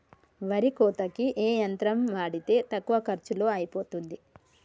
వరి కోతకి ఏ యంత్రం వాడితే తక్కువ ఖర్చులో అయిపోతుంది?